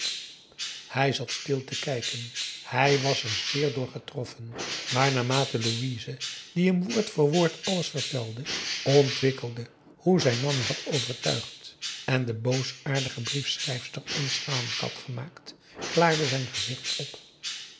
hij zat stil te kijken hij was er zeer door getroffen maar naarmate louise die hem woord voor woord alles vertelde ontwikkelde hoe zij nanni had overtuigd en de boosaardige briefschrijfster onschadelijk had gemaakt klaarde zijn gezicht op